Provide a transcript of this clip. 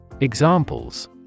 Examples